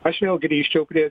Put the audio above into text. aš vėl grįžčiau prie